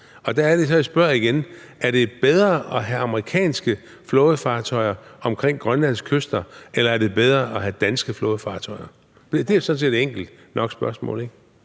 Og der er det så, jeg spørger igen: Er det bedre at have amerikanske flådefartøjer omkring Grønlands kyster, eller er det bedre at have danske flådefartøjer? Spørgsmålet er sådan set enkelt nok. Kl. 14:46